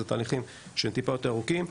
זה תהליכים שהם טיפה יותר ארוכים.